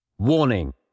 Warning